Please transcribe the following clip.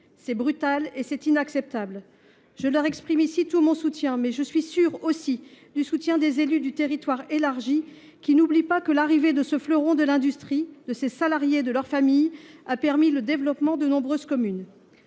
C'est brutal et c'est inacceptable. Je leur exprime ici tout mon soutien, mais je suis sûre aussi du soutien des élus du territoire élargi, qui n'oublie pas que l'arrivée de ce fleuron de l'industrie, de ces salariés et de leurs familles, a permis le développement de nombreuses communes.